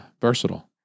Versatile